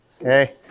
okay